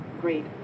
great